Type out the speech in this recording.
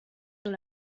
dans